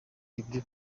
ibyo